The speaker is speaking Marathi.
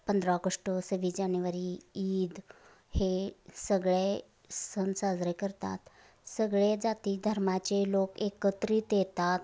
पंधरा ऑगष्ट सव्वीस जानेवारी ईद हे सगळे सण साजरे करतात सगळे जाती धर्माचे लोक एकत्रित येतात